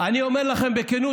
אני אומר לכם בכנות,